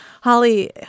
Holly